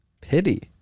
pity